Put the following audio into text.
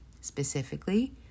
specifically